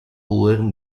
learn